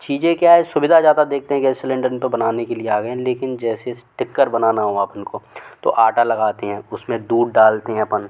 चीज़ें क्या है सुविधा ज़्यादा देखते हैं गैस सिलेंडर इन पर बनाने के लिए आ गए हैं लेकिन जैसे टिक्कर बनाना हो अपन को तो आटा लगाते हैं उसमें दूध डालते हैं अपन